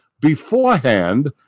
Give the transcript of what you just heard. beforehand